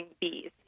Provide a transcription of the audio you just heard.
bees